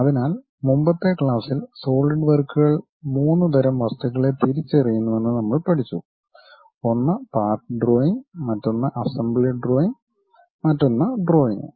അതിനാൽ മുമ്പത്തെ ക്ലാസ്സിൽ സോളിഡ് വർക്കുകൾ 3 തരം വസ്തുക്കളെ തിരിച്ചറിയുന്നുവെന്ന് നമ്മൾ പഠിച്ചു ഒന്ന് പാർട്ട് ഡ്രോയിംഗ് മറ്റൊന്ന് അസംബ്ലി ഡ്രോയിംഗ് മറ്റൊന്ന് ഡ്രോയിംഗ്